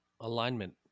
alignment